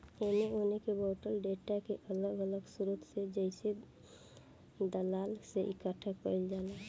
एने ओने के बॉटल डेटा के अलग अलग स्रोत से जइसे दलाल से इकठ्ठा कईल जाला